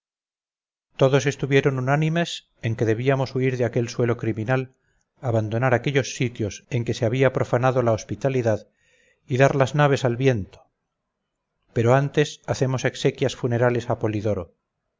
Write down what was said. todos estuvieron unánimes en que debíamos huir de aquel suelo criminal abandonar aquellos sitios en que se había profanado la hospitalidad y dar las naves al viento pero antes hacemos exequias funerales a polidoro